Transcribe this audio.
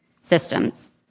systems